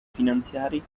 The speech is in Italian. finanziari